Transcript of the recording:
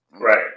Right